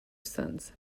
sons